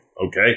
Okay